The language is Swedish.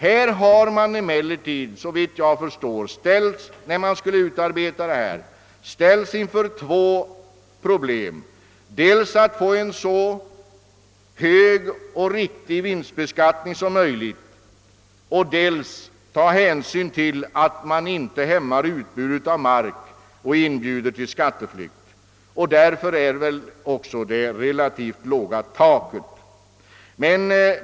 Såvitt jag förstår har finansministern när han skulle utarbeta detta lagförslag ställts inför två problem: dels att få en så hög och riktig vinstbeskattning som möjligt, dels att ta hänsyn till att man inte hämmar utbudet av mark och inbjuder till skatteflykt. Det är väl därför som vi fått ett så relativt lågt tak.